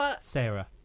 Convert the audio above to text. Sarah